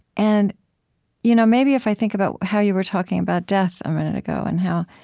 and you know maybe if i think about how you were talking about death a minute ago and how,